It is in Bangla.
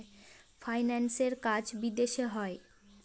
ফাইন্যান্সের কাজ বিদেশে হয়